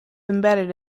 embedded